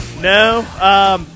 No